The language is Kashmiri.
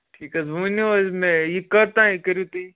ٹھیٖک حظ وۄنۍ ؤنِو حظ مےٚ یہِ کر تام کٔرِو تُہۍ